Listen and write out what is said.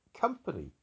company